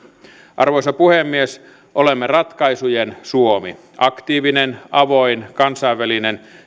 arvoisa puhemies olemme ratkaisujen suomi aktiivinen avoin kansainvälinen